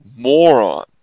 Moron